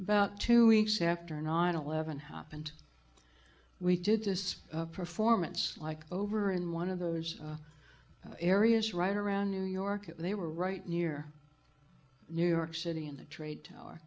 about two weeks after nine eleven happened we did this performance like over in one of the areas right around new york and they were right near new york city in the trade tower